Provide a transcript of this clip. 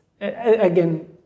again